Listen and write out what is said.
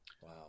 Wow